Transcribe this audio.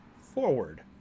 forward